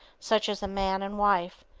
such as man and wife,